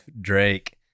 Drake